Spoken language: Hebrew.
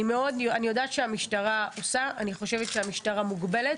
אני יודעת שהמשטרה עושה ואני חושבת שהיא מוגבלת,